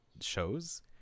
shows